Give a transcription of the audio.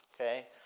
okay